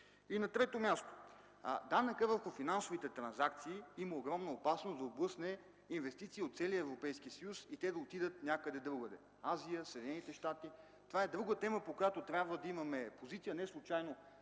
И на трето място, данъкът по финансовите транзакции има огромна опасност да отблъсне инвестиции от целия Европейски съюз и те да отидат някъде другаде – Азия, Съединените американски щати. Това е друга тема, по която трябва да имаме позиция. Неслучайно